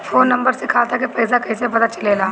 Phone number से खाता के पइसा कईसे पता चलेला?